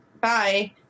Bye